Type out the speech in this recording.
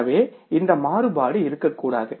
எனவே இந்த மாறுபாடு இருக்கக்கூடாது